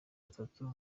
atatu